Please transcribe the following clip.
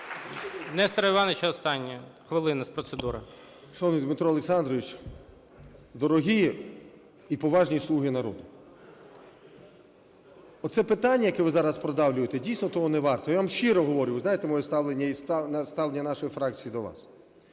Дмитро Олександровичу, дорогі і поважні "слуги народу"! Оце питання, яке ви зараз продавлюєте, дійсно, того не варте. Я вам щиро говорю, ви знаєте моє ставлення і ставлення нашої фракції до вас.